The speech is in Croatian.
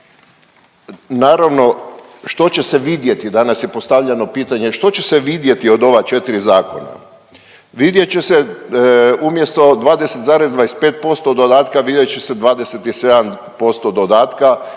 naravno, što će se vidjeti, danas je postavljeno pitanje, što će se vidjeti od ova 4 zakona. Vidjet će se, umjesto 20,25% dodatka, vidjet će se 27% dodatka